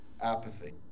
Apathy